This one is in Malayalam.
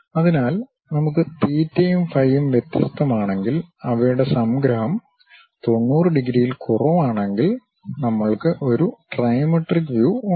അതിനാൽ നമുക്ക് തീറ്റയും ഫൈയും വ്യത്യസ്തമാണെങ്കിൽ അവയുടെ സംഗ്രഹം 90 ഡിഗ്രിയിൽ കുറവാണെങ്കിൽനമ്മൾക്ക് ഒരു ട്രൈമെട്രിക് വ്യൂ ഉണ്ട്